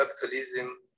capitalism